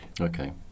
Okay